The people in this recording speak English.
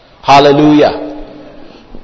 Hallelujah